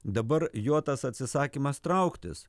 dabar jo tas atsisakymas trauktis